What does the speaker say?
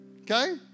okay